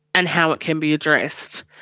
and how it can be addressed.